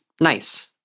nice